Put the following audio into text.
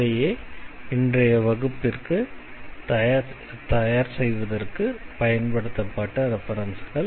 இவையே இன்றைய வகுப்பு தயார்செய்வதற்கு பயன்படுத்தப்பட்ட ரெஃபரென்ஸ்கள்